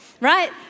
right